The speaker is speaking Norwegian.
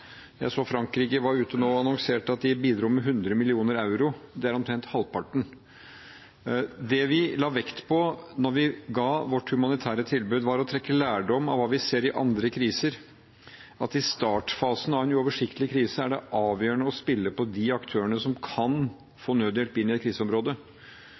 Jeg så at Frankrike nå var ute og annonserte at de bidro med 100 mill. euro. Det er omtrent halvparten. Det vi la vekt på da vi gå vårt humanitære tilbud, var å trekke lærdom av hva vi ser i andre kriser, at i startfasen av en uoversiktlig krise er det avgjørende å spille på de aktørene som kan få nødhjelp inn i et kriseområde.